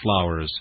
flowers